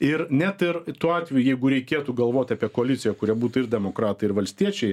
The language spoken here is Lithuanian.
ir net ir tuo atveju jeigu reikėtų galvot apie koaliciją kurioj būtų ir demokratai ir valstiečiai